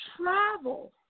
travel